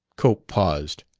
cope paused.